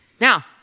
Now